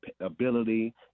ability